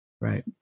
right